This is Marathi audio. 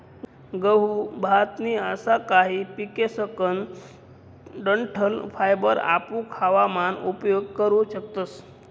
गहू, भात नी असा काही पिकेसकन डंठल फायबर आपू खावा मान उपयोग करू शकतस